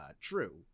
true